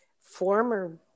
former